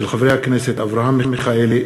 של חברי הכנסת אברהם מיכאלי,